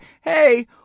hey